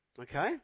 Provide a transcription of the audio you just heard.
okay